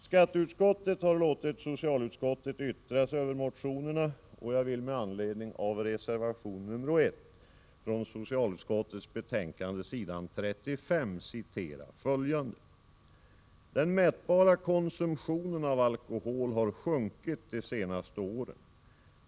Skatteutskottet har låtit socialutskottet yttra sig över motionerna, och jag vill med anledning av reservation nr 1 citera från utskottets betänkande, sidan 35: ”Den mätbara konsumtionen av alkohol har sjunkit de senaste åren.